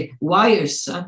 wires